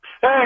Hey